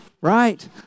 Right